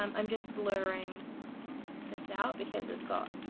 um i'm just blurring this out because it's got